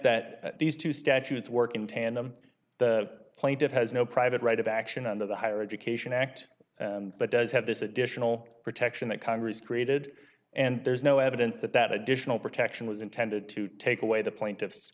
that these two statutes work in tandem the plaintiff has no private right of action under the higher education act but does have this additional protection that congress created and there's no evidence that that additional protection was intended to take away the plaintiffs